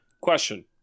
Question